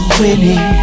winning